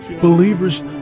Believers